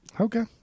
Okay